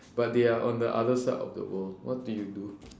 but they are on the other side of the world what do you do